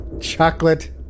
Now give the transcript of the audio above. Chocolate